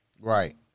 Right